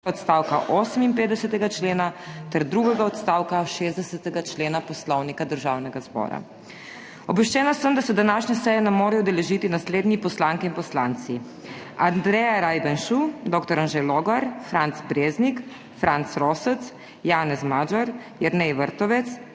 odstavka 58. člena ter drugega odstavka 60. člena Poslovnika Državnega zbora. Obveščena sem, da se današnje seje ne morejo udeležiti naslednji poslanke in poslanc: Andreja Rajbenšu, dr. Anže Logar, Franc Breznik, Franc Rosec, Janez Magyar, Jernej Vrtovec,